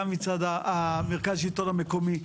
גם מצד מרכז השלטון המקומי,